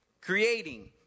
creating